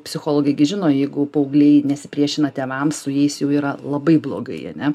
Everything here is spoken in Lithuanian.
psichologai žino jeigu paaugliai nesipriešina tėvams su jais jau yra labai blogai ane